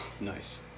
Nice